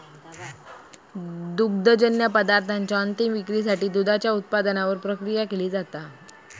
दुग्धजन्य पदार्थांच्या अंतीम विक्रीसाठी दुधाच्या उत्पादनावर प्रक्रिया केली जाता